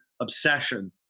obsession